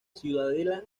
ciudadela